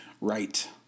Right